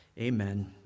amen